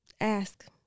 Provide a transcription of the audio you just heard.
Ask